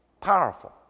powerful